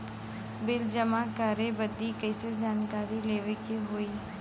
Bill जमा करे बदी कैसे जानकारी लेवे के होई?